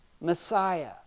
Messiah